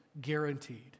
guaranteed